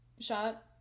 Shot